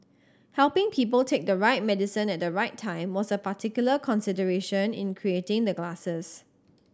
helping people take the right medicine at the right time was a particular consideration in creating the glasses